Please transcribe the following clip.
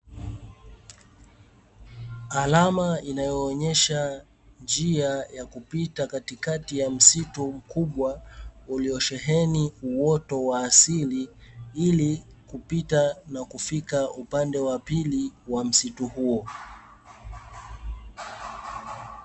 Alama inayoonyesha njia ya kupita katikati ya msitu mkubwa, uliosheheni uoto wa asili ili kupita na kufika upande wa pili wa msitu huo.